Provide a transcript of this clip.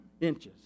inches